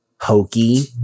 hokey